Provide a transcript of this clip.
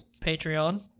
Patreon